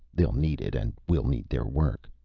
they'll need it, and we'll need their work.